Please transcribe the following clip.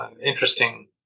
interesting